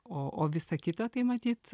o o visa kita tai matyt